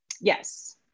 Yes